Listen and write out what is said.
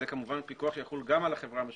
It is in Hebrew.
זה כמובן פיקוח שיחול גם על החברה המשותפת.